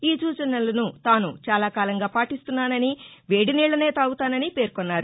ఈ సూచనలను తాను చాలాకాలంగా పాటిస్తున్నానని వేది నీళ్లనే తాగుతానని పేర్కొన్నారు